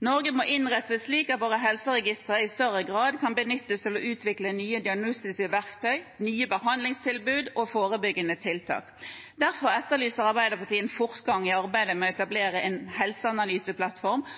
Norge må innrette seg slik at våre helseregistre i større grad kan benyttes til å utvikle nye diagnostiske verktøy, nye behandlingstilbud og forebyggende tiltak. Derfor etterlyser Arbeiderpartiet en fortgang i arbeidet med å etablere en helseanalyseplattform